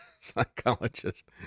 psychologist